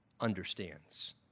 understands